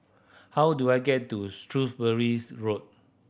how do I get to Road